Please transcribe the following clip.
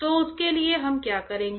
तो उसके लिए हम क्या करेंगे